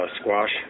squash